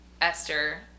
Esther